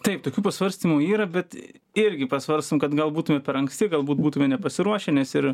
taip tokių pasvarstymų yra bet irgi pasvarstom kad gal būtume per anksti galbūt būtume nepasiruošę nes ir